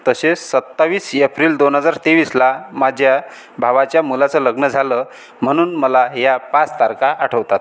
तसेच सत्तावीस येप्रिल दोन हजार तेवीसला माझ्या भावाच्या मुलाचं लग्न झालं म्हणून मला या पाच तारखा आठवतात